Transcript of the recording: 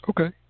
Okay